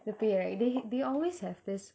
the பேய்:pey right they they always have this